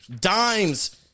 Dimes